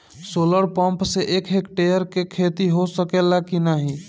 Solar pump से एक hectare क खेती हो सकेला की नाहीं?